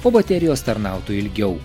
o baterijos tarnautų ilgiau